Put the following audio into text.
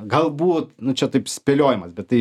galbūt nu čia taip spėliojimas bet tai